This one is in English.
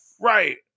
Right